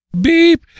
beep